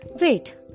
Wait